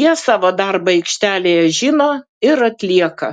jie savo darbą aikštelėje žino ir atlieka